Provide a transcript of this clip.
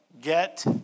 Get